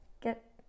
get